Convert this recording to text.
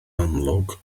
amlwg